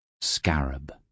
Scarab